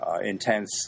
intense